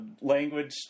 language